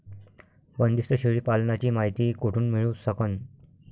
बंदीस्त शेळी पालनाची मायती कुठून मिळू सकन?